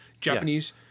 Japanese